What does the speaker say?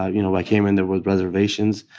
ah you know, i came in there with reservations.